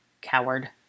Coward